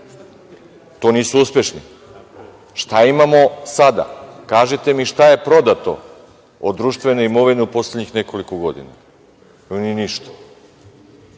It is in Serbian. To nije uspešno. Šta imamo sada? Kažite mi šta je prodato od društvene imovine u poslednjih nekoliko godina. Nije ništa.